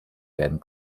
werden